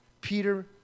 Peter